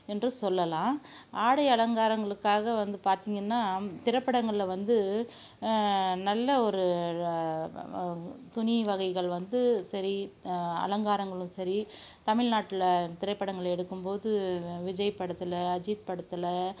என்று சொல்லலாம் ஆடை அலங்காரங்களுக்காக வந்து பார்த்திங்கன்னா திரைப்படங்கள்ல வந்து நல்ல ஒரு துணி வகைகள் வந்து சரி அலங்காரங்களும் சரி தமிழ்நாட்டில திரைப்படங்கள் எடுக்கும்போது விஜய் படத்தில் அஜித் படத்தில்